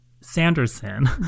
Sanderson